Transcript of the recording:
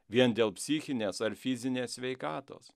vien dėl psichinės ar fizinės sveikatos